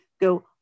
go